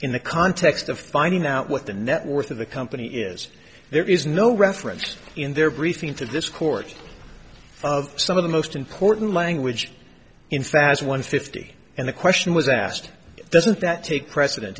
in the context of finding out what the net worth of the company is there is no reference in their briefing to this court of some of the most important language in fashion one fifty and the question was asked doesn't that take preceden